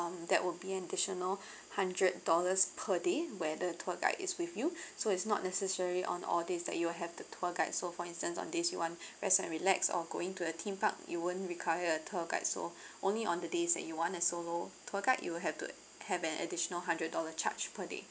um that would be additional hundred dollars per day where the tour guide is with you so it's not necessary on all days that you will have the tour guide so for instance on days you want rest and relax or going to a theme park you won't require a tour guide so only on the days that you want a solo tour guide you will have to have an additional hundred dollar charge per day